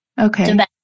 Okay